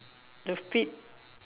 the feet